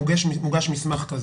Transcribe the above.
מוגש מסמך כזה.